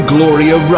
Gloria